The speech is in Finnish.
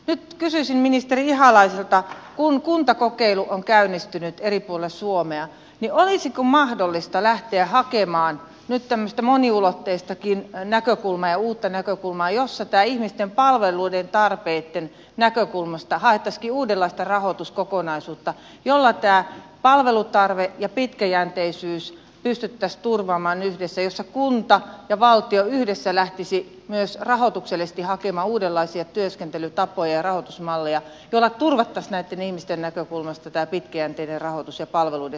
nyt kysyisin ministeri ihalaiselta kun kuntakokeilu on käynnistynyt eri puolilla suomea olisiko mahdollista lähteä hakemaan nyt tämmöistä moniulotteistakin näkökulmaa ja uutta näkökulmaa jossa ihmisten palveluiden tarpeitten näkökulmasta haettaisiinkin uudenlaista rahoituskokonaisuutta jolla tämä palvelutarve ja pitkäjänteisyys pystyttäisiin turvaamaan yhdessä jossa kunta ja valtio yhdessä lähtisivät myös rahoituksellisesti hakemaan uudenlaisia työskentelytapoja ja rahoitusmalleja joilla turvattaisiin näitten ihmisten näkökulmasta tämä pitkäjänteinen rahoitus ja palveluiden saatavuus